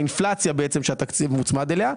האינפלציה בעצם שהתקציב מוצמד אליה,